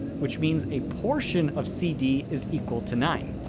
which means a portion of cd is equal to nine.